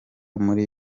muri